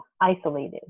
isolated